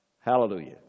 Hallelujah